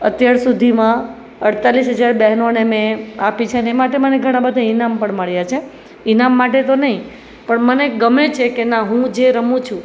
અત્યાર સુધીમાં અડતાલીસ હજાર બેહનોને મેં આપી છે એ માટે ઘણા બધા ઈનામ પણ મળ્યા છે ઈનામ માટે તો નહીં પણ મને ગમે છે કે ના હું જે રમું છું